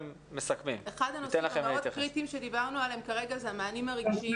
אחד הנושאים המאוד קריטיים שדיברנו עליהם כרגע זה המענים הרגשיים.